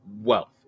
wealth